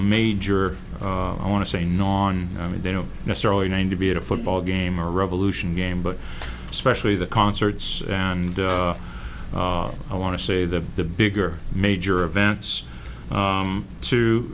major i want to say no on i mean they don't necessarily need to be at a football game or revolution game but especially the concerts and i want to say that the bigger major events